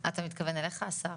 אתה מתכוון אליך השר?